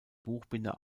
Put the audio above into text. buchbinder